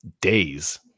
days